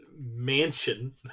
mansion